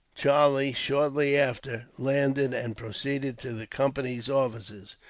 charlie shortly after landed, and, proceeding to the company's offices,